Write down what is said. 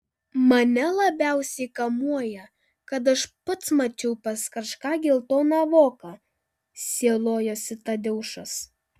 mane labiausiai kamuoja kad aš pats mačiau pas kažką geltoną voką sielojosi tadeušas